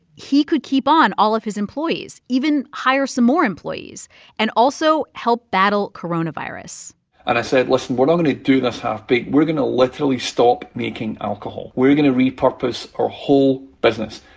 he could keep on all of his employees, even hire some more employees and also help battle coronavirus and i said, listen we're not going to do this half-baked. we're going to literally stop making alcohol. we're going to repurpose our whole business.